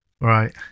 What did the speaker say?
right